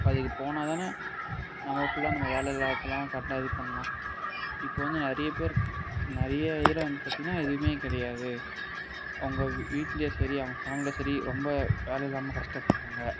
இப்போ அதுக்கு போனால் தான் நம்ம ஃபுல்லாக நம்ம வேலை எல்லாத்துலாம் கரெக்ட்டாக இது பண்ணலாம் இப்போது வந்து நிறைய பேருக்கு நிறைய இதில் வந்து பார்த்தீங்கன்னா எதுவுமே கிடையாது உங்க வீட்டிலயோ சரி அவங்க ஃபேமிலிலயோ சரி ரொம்ப வேலை இல்லாமல் கஷ்டப்படுறாங்க